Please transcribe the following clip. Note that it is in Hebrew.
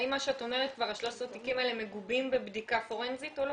האם 13 התיקים האלו מלווים בבדיקה פורנזית או לא?